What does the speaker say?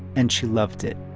and she loved it